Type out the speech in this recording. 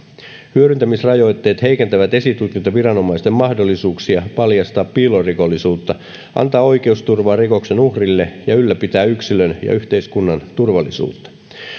hyödyntämisrajoitteet heikentävät esitutkintaviranomaisten mahdollisuuksia paljastaa piilorikollisuutta antaa oikeusturvaa rikoksen uhrille ja ylläpitää yksilön ja yhteiskunnan turvallisuutta